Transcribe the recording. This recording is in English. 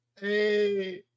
hey